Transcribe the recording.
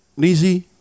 Nizi